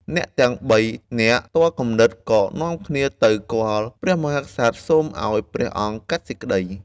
អ្នកទាំងបីនាក់ទាល់គំនិត ក៏នាំគ្នាទៅគាល់ព្រះមហាក្សត្រ សូមឱ្យព្រះអង្គកាត់សេចក្តី។